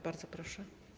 Bardzo proszę.